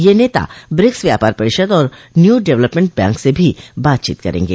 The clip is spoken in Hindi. ये नेता ब्रिक्स व्यापार परिषद और न्यू डेवलपमेंट बैंक से भी बातचीत करेंगे